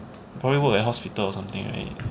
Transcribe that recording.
probably work at hospital or something right